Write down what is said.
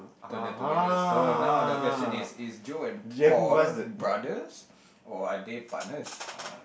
put that together so now the question is is Joe and Paul brothers or are they partners